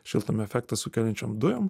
šiltnamio efektą sukeliančiom dujom